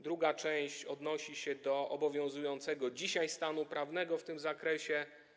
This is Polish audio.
Druga część odnosi się do obowiązującego dzisiaj stanu prawnego w tym zakresie.